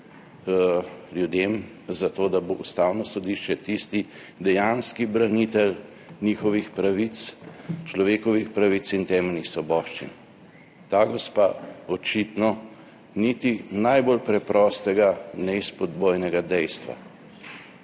ljudem, zato da bo Ustavno sodišče tisti dejanski branitelj njihovih pravic, človekovih pravic in temeljnih svoboščin. Ta gospa očitno niti najbolj preprostega neizpodbojnega dejstva,